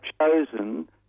chosen